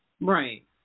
Right